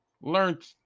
learned